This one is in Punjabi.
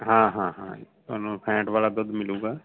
ਹਾਂ ਹਾਂ ਹਾਂ ਤੁਹਾਨੂੰ ਫੈਂਟ ਵਾਲਾ ਦੁੱਧ ਮਿਲੇਗਾ